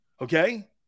Okay